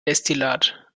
destillat